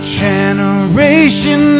generation